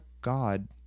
God